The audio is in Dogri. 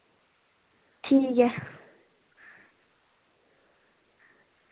ठीक ऐ